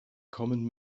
common